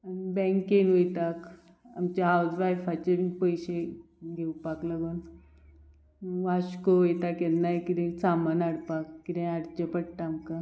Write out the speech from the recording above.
आनी बँकेन वयताक आमच्या हावज वायफाचे पयशे घेवपाक लागून वास्को वयता केन्नाय किदें सामान हाडपाक कितें हाडचें पडटा आमकां